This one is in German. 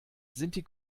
die